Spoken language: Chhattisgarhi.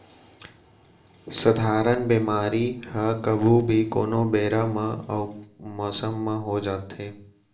सधारन बेमारी ह कभू भी, कोनो बेरा अउ मौसम म हो जाथे